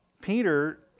Peter